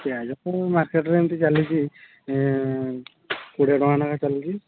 ପିଆଜ ତ ମାର୍କେଟରେ ଏମିତି ଚାଲିଛି କୋଡ଼ିଏ ଟଙ୍କା ଲେଖାଁ ଚାଲିଛି